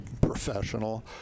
professional